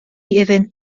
iddynt